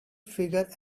figure